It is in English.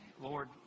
Lord